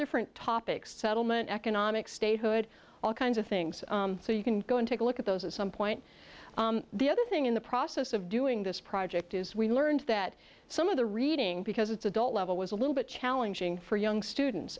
differ topics settlement economic statehood all kinds of things so you can go and take a look at those at some point the other thing in the process of doing this project is we learned that some of the reading because it's adult level was a little bit challenging for young students